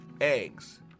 eggs